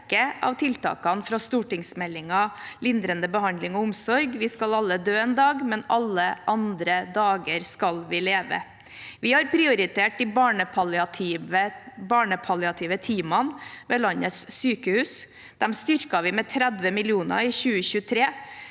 Vi har prioritert de barnepalliative teamene ved landets sykehus. Vi styrket dem med 30 mill. kr i 2023.